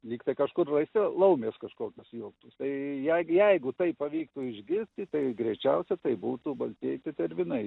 lyg tai kažkur raisiau laumės kažkokios juoktųsi tai jeigu jeigu taip pavyktų išgirsti tai greičiausia tai būtų baltieji tetervinai